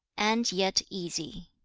and yet easy.